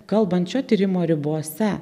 kalbant šio tyrimo ribose